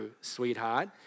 sweetheart